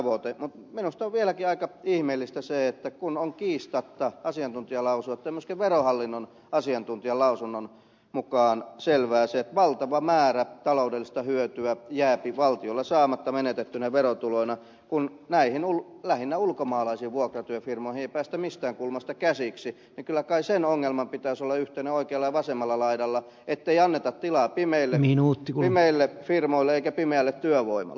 mutta minusta on vieläkin aika ihmeellistä se että kun on kiistatta asiantuntijalausuntojen ja myöskin verohallinnon asiantuntijalausunnon mukaan selvää se että valtava määrä taloudellista hyötyä jää valtiolta saamatta menetettyinä verotuloina kun näihin lähinnä ulkomaalaisiin vuokratyöfirmoihin ei päästä mistään kulmasta käsiksi niin kyllä kai sen ongelman pitäisi olla yhteinen oikealla ja vasemmalla laidalla ettei anneta tilaa pimeille firmoille eikä pimeälle työvoimalle